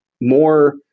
more